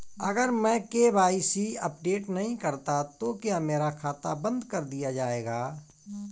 अगर मैं KYC update नहीं करता तो क्या मेरा खाता बंद कर दिया जाएगा?